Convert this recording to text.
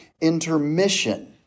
intermission